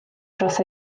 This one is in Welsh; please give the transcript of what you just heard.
dros